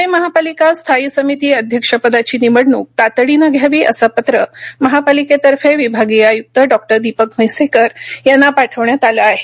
प्णे महापालिका स्थायी समिती अध्यक्षपदाची निवडणूक तातडीनं घ्यावी असं पत्र महापालिकेतर्फे विभागीय आयुक्त डॉक्टर दीपक म्हैसेकर यांना पाठवण्यात आलं आहे